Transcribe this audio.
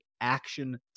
action